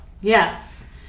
yes